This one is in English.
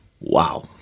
Wow